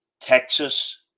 Texas